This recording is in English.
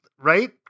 right